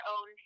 own